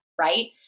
right